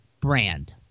brand